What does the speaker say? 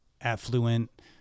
affluent